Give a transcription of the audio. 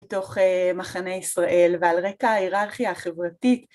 תוך מחנה ישראל ועל רקע ההיררכיה החברתית.